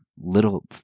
little